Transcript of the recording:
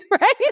right